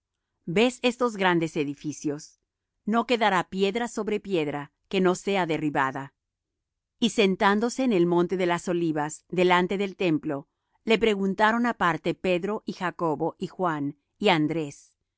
ves estos grandes edificios no quedará piedra sobre piedra que no sea derribada y sentándose en el monte de las olivas delante del templo le preguntaron aparte pedro y jacobo y juan y andrés